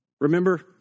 Remember